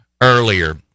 earlier